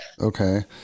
Okay